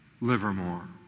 Livermore